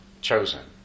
chosen